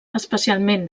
especialment